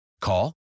Call